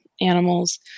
animals